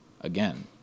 again